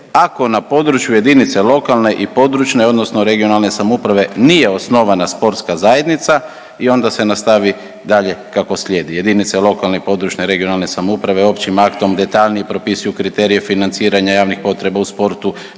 ako na području jedinice lokalne i područne (regionalne) samouprave nije osnovana sportska zajednica i onda se nastavi dalje kako slijedi jedinice lokalne i područne (regionalne) samouprave općim aktom detaljnije propisuju kriterije financiranja javnih potreba u sportu,